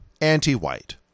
anti-white